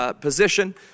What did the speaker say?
position